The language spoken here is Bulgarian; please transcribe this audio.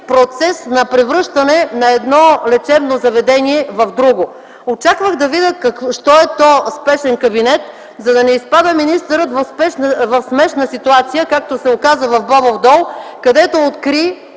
на превръщане на едно лечебно заведение в друго. Очаквах да видя що е то спешен кабинет, за да не изпада министърът в смешна ситуация, в каквато се оказа в Бобов дол, където откри